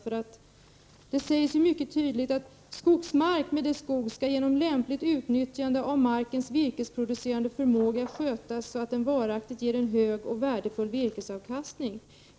Denna paragraf har följande lydelse: ”Skogsmark med dess skog skall genom lämpligt utnyttjande av markens virkesproducerande förmåga skötas så att den varaktigt ger en hög och värdefull virkesavkastning.